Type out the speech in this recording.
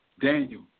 Daniel